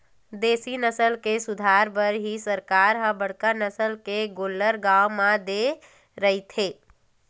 देसी नसल के सुधार बर ही सरकार ह बड़का नसल के गोल्लर गाँव म दे रहिथे